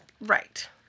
right